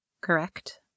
correct